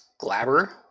Glaber